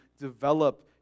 develop